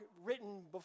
written